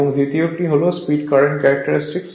এখন দ্বিতীয় হল স্পিড কারেন্ট ক্যারেক্টারিস্টিক